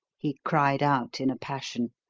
he cried out in a passion.